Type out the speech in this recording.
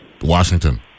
Washington